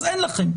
אז אין לכם,